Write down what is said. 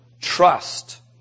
trust